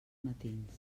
matins